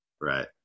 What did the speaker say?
Right